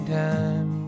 time